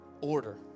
order